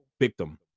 victim